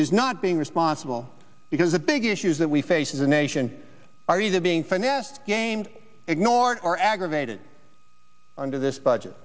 is not being responsible because the big issues that we face as a nation are either being financed gamed ignored or aggravated under this budget